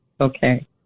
Okay